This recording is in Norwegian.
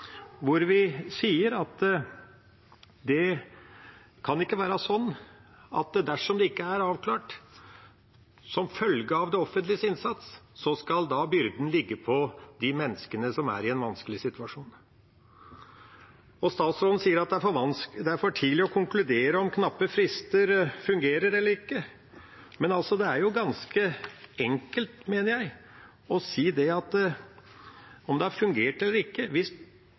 hvor vi sier at det ikke kan være sånn at dersom det ikke er avklart som følge av det offentliges innsats, skal byrden ligge på de menneskene som er i en vanskelig situasjon. Statsråden sier at det er for tidlig å konkludere om knappe frister fungerer eller ikke. Men det er jo ganske enkelt, mener jeg, å si om det har fungert eller ikke. Hvis